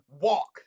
walk